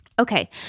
Okay